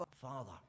Father